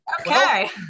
Okay